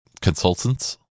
consultants